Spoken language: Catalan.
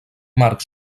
marc